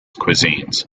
cuisines